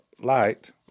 light